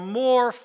more